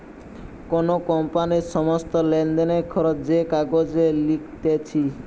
কোন কোম্পানির সমস্ত লেনদেন, খরচ যে কাগজে লিখতিছে